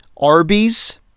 arby's